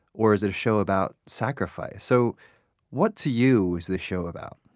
or is it a show about sacrifice? so what, to you, is this show about?